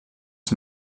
els